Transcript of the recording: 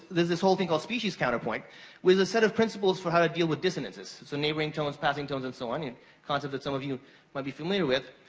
there's this whole thing called species counterpoint with a set of principles for how to deal with dissonances, so neighboring tones, passing tones and so on, a concept that some of you may be familiar with.